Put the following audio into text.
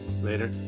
Later